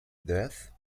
death